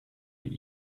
your